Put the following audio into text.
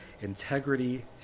integrity